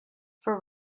for